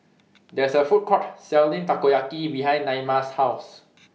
There IS A Food Court Selling Takoyaki behind Naima's House